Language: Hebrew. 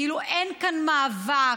כאילו אין כאן מאבק,